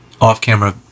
off-camera